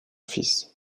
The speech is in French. fils